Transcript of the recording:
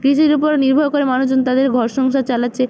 কৃষির উপর নির্ভর করে মানুষজন তাদের ঘর সংসার চালাচ্ছে